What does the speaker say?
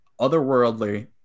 otherworldly